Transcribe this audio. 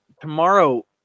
tomorrow